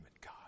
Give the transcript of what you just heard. God